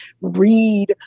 read